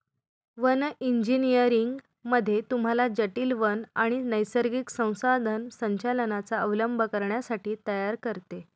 one engineering मध्ये तुम्हाला जटील वन आणि नैसर्गिक संसाधन संचालनाचा अवलंब करण्यासाठी तयार करते